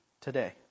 today